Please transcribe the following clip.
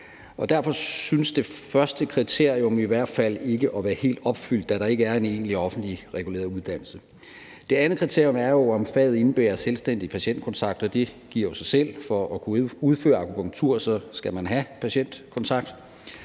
Derfor synes det første kriterium i hvert fald ikke at være helt opfyldt, da der ikke er en egentlig offentligt reguleret uddannelse. Det andet kriterium er, om faget indebærer selvstændig patientkontakt. Og det giver jo sig selv, at for at kunne udføre akupunktur skal man have patientkontakt.